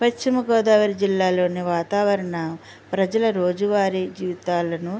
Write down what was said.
పశ్చిమ గోదావరి జిల్లాలోని వాతావరణ ప్రజల రోజు వారి జీవితాలను